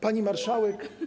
Pani Marszałek!